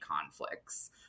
conflicts